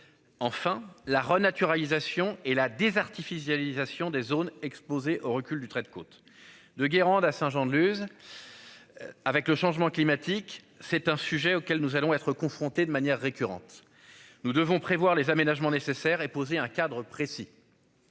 Enfin la renaturalisation et là des artificialisation des zones exposées au recul du trait de côte de Guérande à Saint-Jean-de-Luz. Avec le changement climatique. C'est un sujet auquel nous allons être confrontés de manière récurrente. Nous devons prévoir les aménagements nécessaires et poser un cadre précis.